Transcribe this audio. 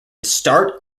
start